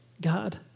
God